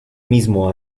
mismo